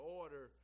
order